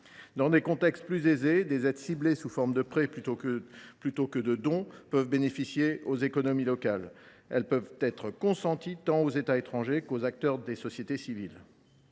Dans des contextes plus apaisés, des aides ciblées, sous forme de prêts plutôt que de dons, peuvent bénéficier aux économies locales. Elles peuvent être consenties tant aux États étrangers qu’aux acteurs des sociétés civiles.